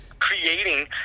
creating